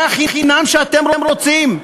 זה החינם שאתם רוצים,